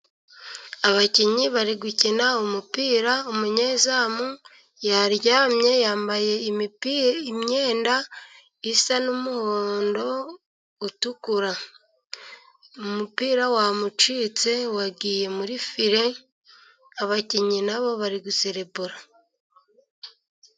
Abakinnyi bari gukina umupira, umunyezamu yaryamye yambaye imipira imyenda isa n'umuhondo utukura, umupira wamucitse wagiye muri file, abakinnyi na bo bari guserebura.